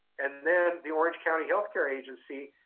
and then, the orange county health care agency,